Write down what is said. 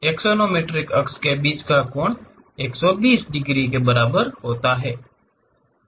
axonometric अक्ष के बीच का कोण 120 डिग्री के बराबर होता है